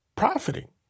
profiting